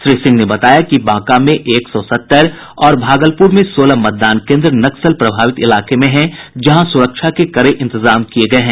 श्री सिंह ने बताया कि बांका में एक सौ सत्तर और भागलपुर में सोलह मतदान केन्द्र नक्सल प्रभावित इलाके में हैं जहां सुरक्षा के कड़े इंतजाम किये गये हैं